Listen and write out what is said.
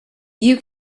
you